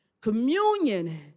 communion